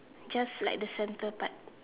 just like the center part